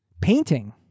painting